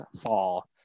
fall